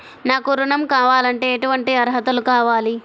నాకు ఋణం కావాలంటే ఏటువంటి అర్హతలు కావాలి?